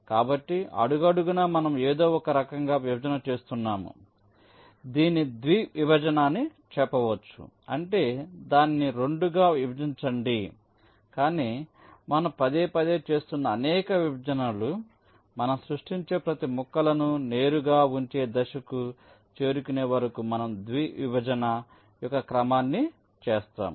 కాబట్టి అడుగడుగునా మనం ఏదో ఒక రకంగా విభజన చేస్తున్నాము దీన్ని ద్వి విభజన అని చెప్పవచ్చు అంటే దానిని 2 గా విభజించండికానీ మనం పదేపదే చేస్తున్న అనేక విభజనలు మనం సృష్టించే ప్రతి ముక్కలను నేరుగా ఉంచే దశకు చేరుకునే వరకు మనం ద్వి విభజన యొక్క క్రమాన్ని చేస్తాము